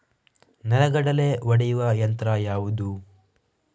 ನೆಲಗಡಲೆ ಒಡೆಯುವ ಯಂತ್ರ ಯಾವುದು?